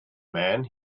man